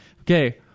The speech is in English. Okay